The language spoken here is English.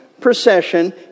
procession